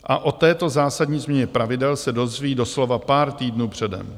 A o této zásadní změně pravidel se dozví doslova pár týdnů předem.